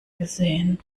gesehen